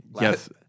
yes